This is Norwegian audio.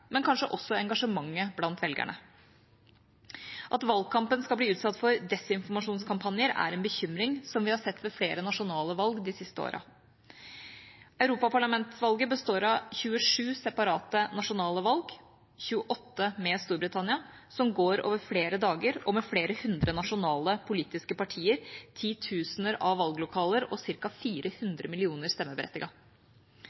men kanskje også engasjementet blant velgerne. At valgkampen skal bli utsatt for desinformasjonskampanjer, er en bekymring, som vi har sett ved flere nasjonale valg de siste årene. Europaparlamentsvalget består av 27 separate nasjonale valg, 28 med Storbritannia, som går over flere dager og med flere hundre nasjonale politiske partier, titusener av valglokaler og